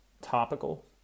topical